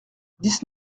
dix